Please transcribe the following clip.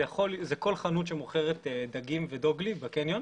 זאת כל חנות שמוכרת דגים ודוגלי בקניון